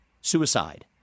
suicide